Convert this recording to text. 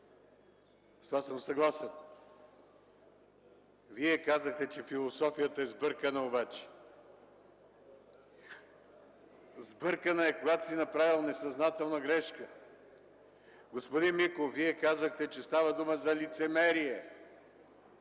С това съм съгласен. Вие казахте, че философията е сбъркана обаче. Сбъркана е, когато си направил несъзнателна грешка. Господин Миков, Вие казахте, че става дума за лицемерие